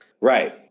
Right